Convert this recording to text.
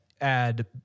add